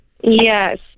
Yes